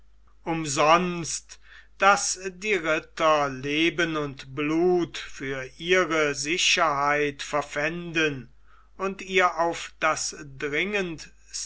umsonst daß die ritter leben und blut für ihre sicherheit verpfänden und ihr auf das dringendste